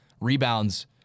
rebounds